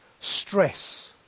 stress